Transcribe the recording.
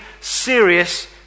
serious